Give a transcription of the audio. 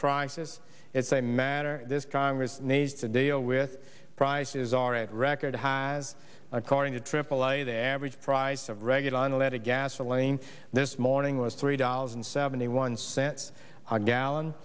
crisis it's a matter this congress needs to deal with prices are at record highs according to aaa the average price of regular unleaded gasoline this morning was three dollars and seventy one cents a gallon